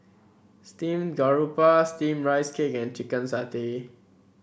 Steamed Garoupa steamed Rice Cake and Chicken Satay